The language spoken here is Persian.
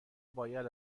باید